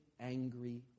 angry